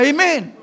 Amen